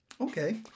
Okay